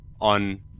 on